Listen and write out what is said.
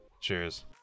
Cheers